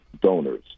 donors